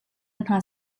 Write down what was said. hna